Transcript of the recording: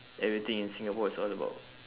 everything in singapore is all about